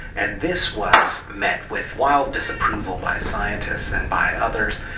and this was met with wild disapproval by scientists and by others.